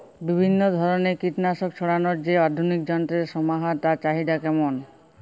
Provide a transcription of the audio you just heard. বিভিন্ন ধরনের কীটনাশক ছড়ানোর যে আধুনিক যন্ত্রের সমাহার তার চাহিদা কেমন?